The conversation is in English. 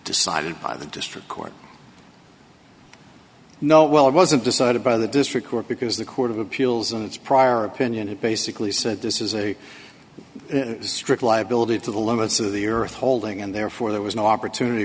decided by the district court no well it wasn't decided by the district court because the court of appeals in its prior opinion it basically said this is a strict liability to the limits of the earth holding and therefore there was no opportunity